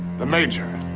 the major!